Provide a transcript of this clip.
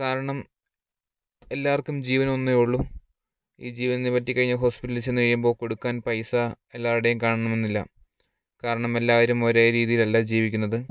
കാരണം എല്ലാവർക്കും ജീവൻ ഒന്നേയുള്ളൂ ഈ ജീവനെന്നെ പറ്റി കഴിഞ്ഞാൽ ഹോസ്പിറ്റലിൽ ചെന്നു കഴിയുമ്പോൾ കൊടുക്കാൻ പൈസ എല്ലാവരുടേലും കാണണം എന്നില്ല കാരണം എല്ലാവരും ഒരേ രീതിയിൽ അല്ല ജീവിക്കുന്നത്